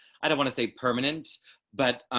i don't want to say permanent but